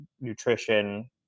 nutrition